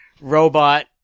robot